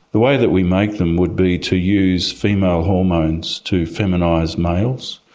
the way that we make them would be to use female hormones to feminise males,